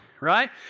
right